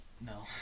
No